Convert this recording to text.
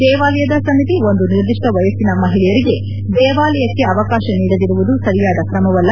ದೇವಾಲಯದ ಸಮಿತಿ ಒಂದು ನಿರ್ದಿಷ್ಷ ವಯಸ್ಸಿನ ಮಹಿಳೆಯರಿಗೆ ದೇವಾಲಯಕ್ಕೆ ಅವಕಾಶ ನೀಡದಿರುವುದು ಸರಿಯಾದ ಕ್ರಮವಲ್ಲ